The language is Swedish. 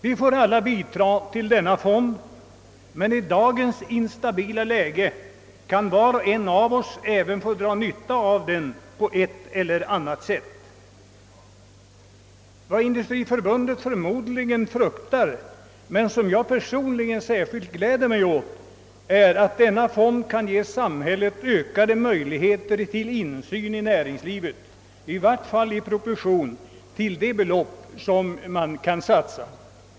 Vi får alla bidra till denna fond, men i dagens instabila läge kan var och en av oss även få nytta av den på ett eller annat sätt. Vad Industriförbundet förmodligen fruktar — något som jag däremot personligen särskilt gläder mig åt är att denna fond kan ge samhället ökade möjligheter till insyn i näringslivet — i varje fall i proportion till de belopp som kan satsas.